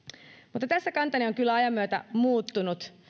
mutta tässä kantani on kyllä ajan myötä muuttunut